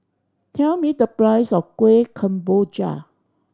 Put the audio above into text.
tell me the price of Kuih Kemboja